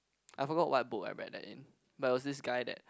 I forgot what book I read that in but was this guy that